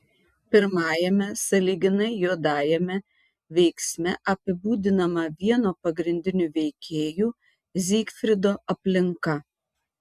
pirmajame sąlyginai juodajame veiksme apibūdinama vieno pagrindinių veikėjų zygfrido aplinka